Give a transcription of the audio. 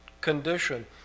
condition